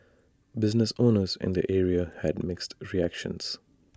business owners in the area had mixed reactions